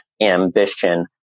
ambition